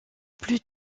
plus